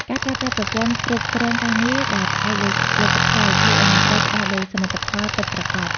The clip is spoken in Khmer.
ការប្រើប្រាស់ប្រព័ន្ធគ្រប់គ្រងការងារដែលផ្អែកលើលទ្ធផល ជួយឱ្យមន្ត្រីផ្តោតលើសមិទ្ធផលពិតប្រាកដ។